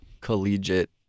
collegiate